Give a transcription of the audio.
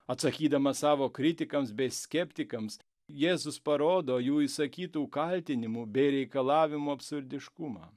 atsakydamas savo kritikams bei skeptikams jėzus parodo jų išsakytų kaltinimų bei reikalavimo absurdiškumą